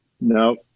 no